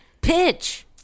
pitch